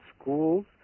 schools